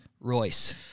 Royce